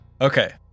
okay